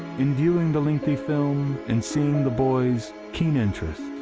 in viewing the lengthy film and seeing the boy's keen interest,